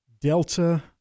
Delta